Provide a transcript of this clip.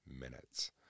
minutes